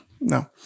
No